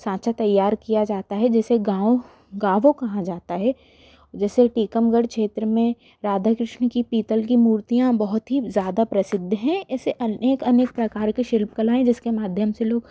सांचा तैयार किया जाता है जैसे गाँव गाँवो कहा जाता है जैसे टीकमगढ़ क्षेत्र में राधा कृष्ण की पीतल की मूर्तियाँ बहुत ही ज़्यादा प्रसिद्ध हैं इसे अनेक अनेक प्रकार की शिल्पकलाऍं जिसके माध्यम से लोग